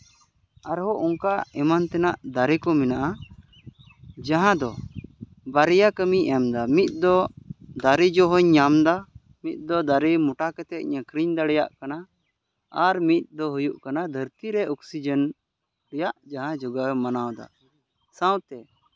ᱟᱨ ᱦᱚᱸ ᱚᱱᱠᱟ ᱮᱢᱟᱱ ᱛᱮᱱᱟᱜ ᱫᱟᱨᱮ ᱠᱚ ᱢᱮᱱᱟᱜᱼᱟ ᱡᱟᱦᱟᱸ ᱫᱚ ᱵᱟᱨᱭᱟ ᱠᱟᱹᱢᱤ ᱮᱢᱫᱟᱭ ᱢᱤᱫ ᱫᱚ ᱫᱟᱨᱮ ᱡᱚ ᱦᱚᱸᱧ ᱧᱟᱢᱫᱟ ᱢᱤᱫ ᱫᱚ ᱫᱟᱨᱮ ᱢᱚᱴᱟ ᱠᱟᱛᱮᱫ ᱤᱧ ᱟᱹᱠᱷᱨᱤᱧ ᱫᱟᱲᱮᱭᱟᱜ ᱠᱟᱱᱟ ᱟᱨ ᱢᱤᱫ ᱫᱚ ᱦᱩᱭᱩᱜ ᱠᱟᱱᱟ ᱫᱷᱨᱟᱹᱛᱤ ᱨᱮ ᱚᱠᱥᱤᱡᱮᱱ ᱨᱮᱭᱟᱜ ᱡᱟᱦᱟᱸ ᱡᱚᱜᱟᱣ ᱢᱟᱱᱟᱣᱫᱟ ᱥᱟᱶᱛᱮ